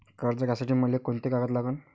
कर्ज घ्यासाठी मले कोंते कागद लागन?